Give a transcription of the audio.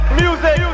music